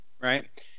Right